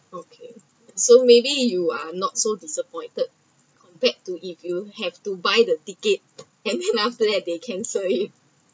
okay so maybe you are not so disappointed back to if you have to buy the ticket and then after that they cancel it